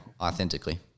authentically